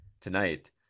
tonight